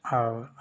और